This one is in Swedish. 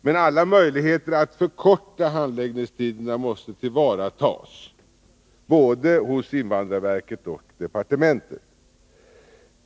Men alla möjligheter att förkorta handläggningstiderna måste tillvaratas, både hos invandrarverket och hos departementet.